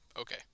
Okay